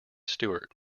stewart